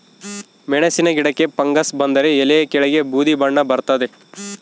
ಮೆಣಸಿನ ಗಿಡಕ್ಕೆ ಫಂಗಸ್ ಬಂದರೆ ಎಲೆಯ ಕೆಳಗೆ ಬೂದಿ ಬಣ್ಣ ಬರ್ತಾದೆ